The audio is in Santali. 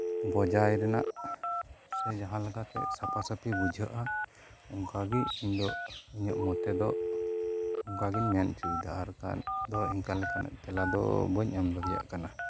ᱵᱚᱡᱟᱭ ᱨᱮᱱᱟᱜ ᱥᱮ ᱡᱟᱦᱟᱸᱞᱮᱠᱟᱛᱮ ᱥᱟᱯᱷᱟ ᱥᱟᱹᱯᱷᱤ ᱵᱩᱡᱷᱟᱹᱜᱼᱟ ᱚᱱᱠᱟᱜᱮ ᱤᱧᱫᱚ ᱤᱧᱟᱜ ᱢᱚᱛᱮᱫᱚ ᱚᱱᱠᱟ ᱜᱤᱧ ᱢᱮᱱ ᱦᱚᱪᱚᱭᱮᱫᱟ ᱟᱨ ᱠᱷᱟᱱ ᱫᱚ ᱚᱱᱠᱟᱞᱮᱠᱟᱱᱟᱜ ᱫᱚ ᱵᱟᱹᱧ ᱮᱢᱫᱟᱲᱤᱭᱟᱜ ᱠᱟᱱᱟ